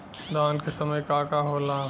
धान के समय का का होला?